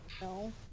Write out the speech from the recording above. No